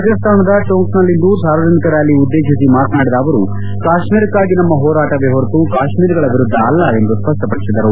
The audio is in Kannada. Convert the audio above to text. ರಾಜಸ್ತಾನದ ಟೊಂಕ್ನಲ್ಲಿಂದು ಸಾರ್ವಜನಿಕ ರ್ನಾಲಿ ಉದ್ದೇಶಿಸಿ ಮಾತನಾಡಿದ ಅವರು ಕಾಶ್ತೀರಕ್ಕಾಗಿ ನಮ್ನ ಹೋರಾಟವೇ ಹೊರತು ಕಾಶ್ಮೀರಿಗಳ ವಿರುದ್ದ ಅಲ್ಲ ಎಂದು ಸ್ಪಷ್ಟಪಡಿಸಿದರು